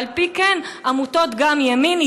וגם לעמותות ימין,